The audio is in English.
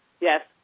Yes